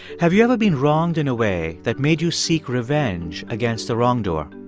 have you ever been wronged in a way that made you seek revenge against the wrongdoer?